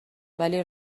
ولی